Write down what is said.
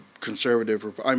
conservative